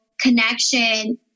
connection